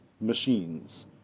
machines